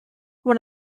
won